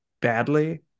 badly